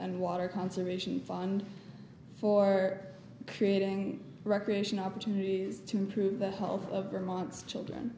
and water conservation fund for creating recreation opportunities to improve the health of vermont